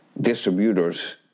distributors